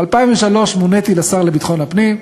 ב-2003 מוניתי לשר לביטחון הפנים.